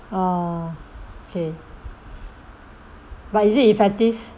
oh okay but is it effective